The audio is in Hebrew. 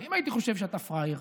אם הייתי חושב שאתה פראייר